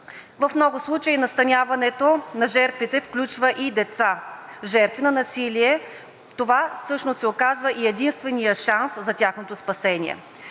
В много случаи настаняването на жертвите включва и деца, жертви на насилие Това всъщност се оказва и единственият шанс за тяхното спасение.